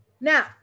Now